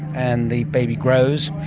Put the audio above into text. and the baby grows,